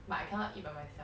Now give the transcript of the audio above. but I cannot eat by myself